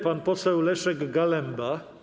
Pan poseł Leszek Galemba.